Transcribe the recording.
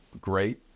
great